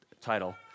title